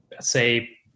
say